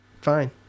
Fine